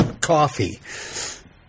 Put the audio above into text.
coffee